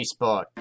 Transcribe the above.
Facebook